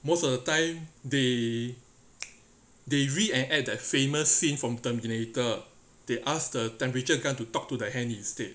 most of the time they they reenact the famous scene from terminator they asked the temperature gun to talk to the hand instead